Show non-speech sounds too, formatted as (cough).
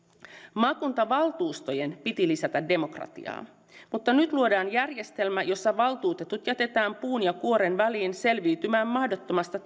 maakuntavaltuustojen piti lisätä demokratiaa mutta nyt luodaan järjestelmä jossa valtuutetut jätetään puun ja kuoren väliin selviytymään mahdottomasta (unintelligible)